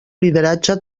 lideratge